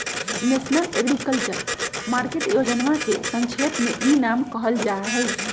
national agriculture market योजनवा के संक्षेप में ई नाम कहल जाहई